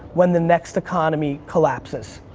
when the next economy collapses.